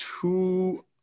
two